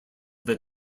that